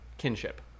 kinship